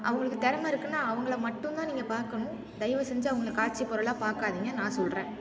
அவங்களுக்கு திறம இருக்குதுன்னா அவங்கள மட்டுந்தான் நீங்கள் பார்க்கணும் தயவு செஞ்சு அவங்கள காட்சிப் பொருளாக பார்க்காதீங்கன்னு நான் சொல்கிறேன்